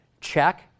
Check